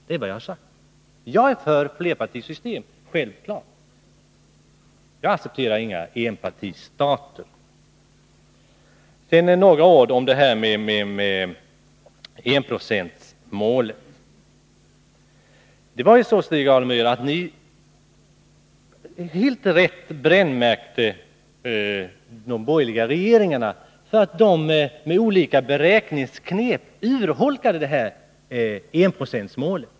Det är vad jag har sagt. Jag är för flerpartisystem — självklart. Sedan några ord om enprocentsmålet. Ni socialdemokrater, Stig Alemyr, brännmärkte med all rätt de borgerliga regeringarna för att de med olika beräkningsknep urholkade enprocentsmålet.